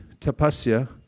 tapasya